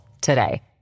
today